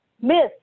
Miss